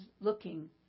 looking